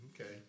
Okay